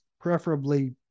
preferably